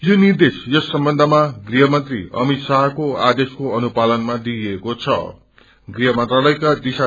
योनिर्देश यस सम्बन्धमा गृह मंत्री अमितशाहको आदेशको अनुपालनमा दिइएको छंगृह मंत्रालयक्पदशि